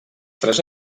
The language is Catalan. tres